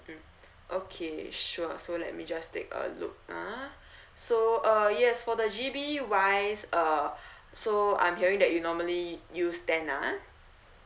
mm okay sure so let me just take a look ah so uh yes for the G_B wise uh so I'm hearing that you normally use ten ah